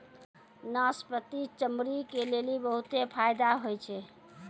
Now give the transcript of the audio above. नाशपती चमड़ी के लेली बहुते फैदा हुवै छै